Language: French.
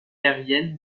aérienne